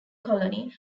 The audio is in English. colony